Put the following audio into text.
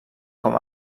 com